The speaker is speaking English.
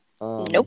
nope